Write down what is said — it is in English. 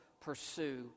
pursue